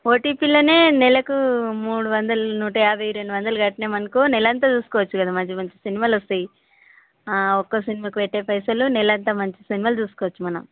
ఓటీటీలో నెలకు మూడు వందలు నూట యాభై రెండు వందలు కట్టినాం అనుకో నెల అంతా చూసుకోవచ్చు కదా మంచి మంచి సినిమాలు వస్తాయి ఒక్క సినిమాకు పెట్టే పైసలు నెల అంతా మంచి సినిమాలు చూసుకోవచ్చు మనం